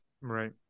right